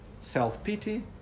self-pity